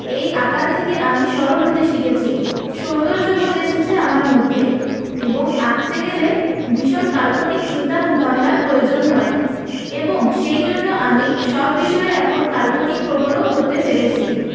এই আঁকার থেকে আমি সরল হতে শিখেছি সৌন্দর্য্যবোধ এসেছে আমার মধ্যে এবং আঁকতে গেলে ভীষণ কাল্পনিক চিন্তা ভাবনার প্রয়োজন হয় এবং সেই জন্য আমি সব বিষয়ে এখন কল্পনাপ্রবণও হতে পেরেছি